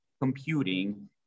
computing